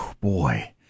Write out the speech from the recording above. boy